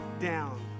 down